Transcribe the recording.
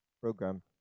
program